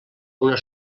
una